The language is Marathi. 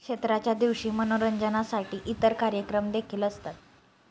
क्षेत्राच्या दिवशी मनोरंजनासाठी इतर कार्यक्रम देखील असतात